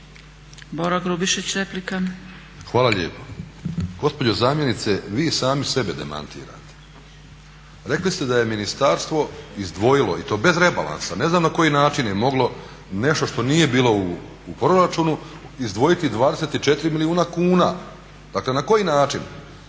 **Grubišić, Boro (HDSSB)** Hvala lijepo. Gospođo zamjenice, vi sami sebe demantirate. Rekli ste da je ministarstvo izdvojilo i to bez rebalansa, ne znam na koji način je moglo nešto što nije bilo u proračunu izdvojiti 24 milijuna kuna. Dakle na koji način